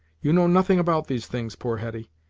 you know nothing about these things, poor hetty,